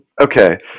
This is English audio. Okay